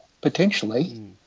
Potentially